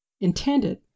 intended